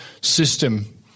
system